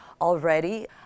already